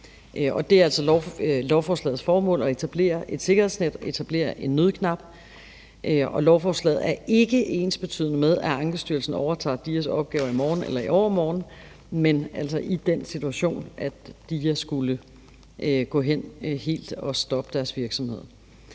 Det er altså lovforslagets formål at etablere et sikkerhedsnet, etablere en nødknap. Lovforslaget er ikke ensbetydende med, at Ankestyrelsen overtager DIA's opgaver i morgen eller i overmorgen, men altså i den situation, DIA skulle gå hen helt at stoppe deres virksomhed.